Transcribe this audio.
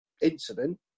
incident